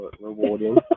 rewarding